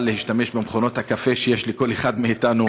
להשתמש במכונות הקפה שיש לכל אחד מאתנו.